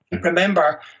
Remember